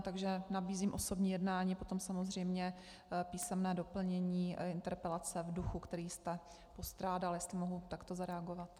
Takže nabízím osobní jednání a potom samozřejmě písemné doplnění interpelace v duchu, který jste postrádal, jestli mohu takto zareagovat.